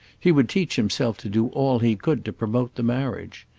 he would teach himself to do all he could to promote the marriage.